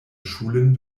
schulen